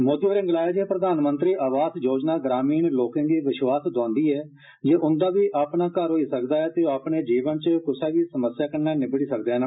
मोदी होरें गलाया जे प्रधानमंत्री आवास योजना ग्रामीण लोके गी विश्वास दोआन्दी ऐ जे उन्दा बी अपना घर होई सकदा ऐ ते ओ जीवन च क्सै बी समस्या कन्नै निबडी सकदे न